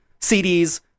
CDs